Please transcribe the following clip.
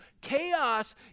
Chaos